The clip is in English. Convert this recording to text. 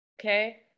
Okay